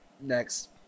next